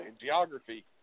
geography